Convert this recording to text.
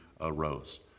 arose